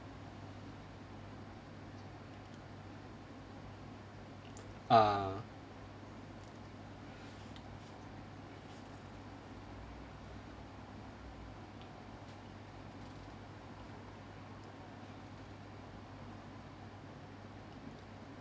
ah